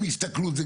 עם הסתכלות.